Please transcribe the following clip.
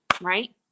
right